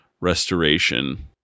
restoration